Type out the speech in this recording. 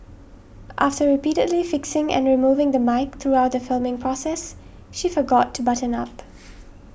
after repeatedly fixing and removing the mic throughout the filming process she forgot to button up